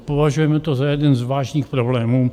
Považujeme to za jeden ze zvláštních problémů.